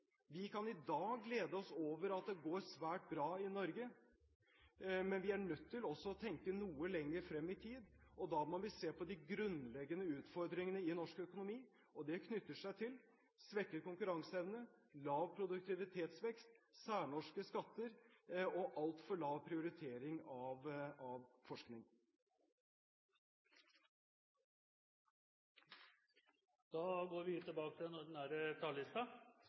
Vi kan i dag glede oss over at det går svært bra i Norge. Men vi er nødt til å tenke noe lenger frem i tid, og da må vi se på de grunnleggende utfordringene i norsk økonomi. Disse knytter seg til svekket konkurranseevne, lav produktivitetsvekst, særnorske skatter og altfor lav prioritering av forskning. Statsbudsjettet legges fram i en tid da det går